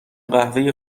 قهوه